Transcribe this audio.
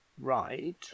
right